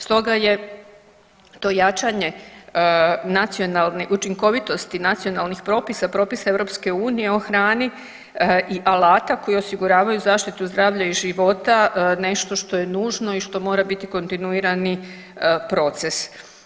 Stoga je to jačanje nacionalne, učinkovitosti nacionalnih propisa, propisa EU o hrani i alata koji osiguravaju zaštitu zdravlja i života nešto što je nužno i što mora biti kontinuirani proces.